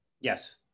Yes